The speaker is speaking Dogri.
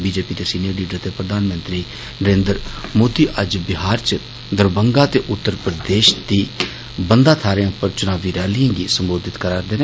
बीजेपी दे सीनियर लीडर ते प्रधानमंत्री नरेन्द्र मोदी अज्ज बिहार च दरभंगा ते उत्तर प्रदेश दी बंदा थाहें पर च्नावी रैलिएं गी संबोधित करारदे न